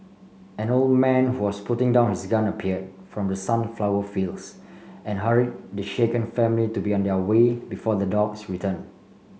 an old man who was putting down his gun appeared from the sunflower fields and hurried the shaken family to be on their way before the dogs return